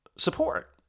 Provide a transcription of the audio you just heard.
Support